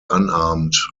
unarmed